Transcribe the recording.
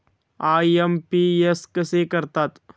IMPS कसे करतात?